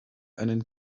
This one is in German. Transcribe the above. einen